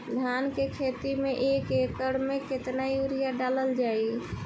धान के खेती में एक एकड़ में केतना यूरिया डालल जाई?